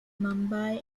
mumbai